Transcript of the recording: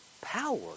power